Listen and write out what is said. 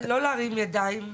לא להרים ידיים.